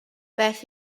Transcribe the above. beth